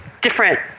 different